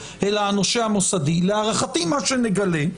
להערכתי מה שנגלה,